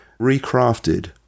recrafted